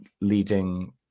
leading